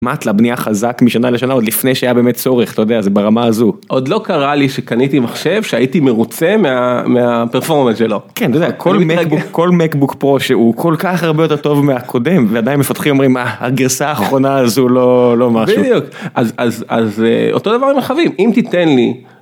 מטלה בנייה חזק משנה לשנה עוד לפני שהיה באמת צורך אתה יודע זה ברמה הזו עוד לא קרה לי שקניתי מחשב שהייתי מרוצה מהפרפורמנס שלו כל מקבוק פרו שהוא כל כך הרבה יותר טוב מהקודם ועדיין מפתחים אומרים, אה, הגרסה האחרונה הזו לא לא משהו, אז אותו דבר רכבים. אם תיתן לי.